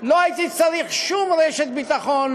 לא הייתי צריך שום רשת ביטחון,